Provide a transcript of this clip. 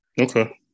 Okay